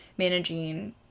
managing